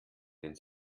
denn